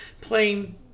playing